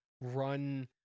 run